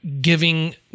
giving